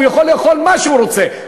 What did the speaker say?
הוא יכול לאכול מה שהוא רוצה,